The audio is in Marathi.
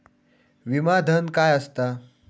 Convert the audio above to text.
विमा धन काय असता?